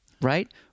Right